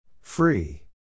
Free